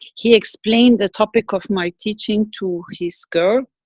he explained the topic of my teaching to his girl,